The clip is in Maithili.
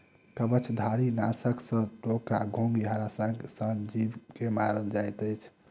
कवचधारीनाशक सॅ डोका, घोंघी, हराशंख सन जीव के मारल जाइत अछि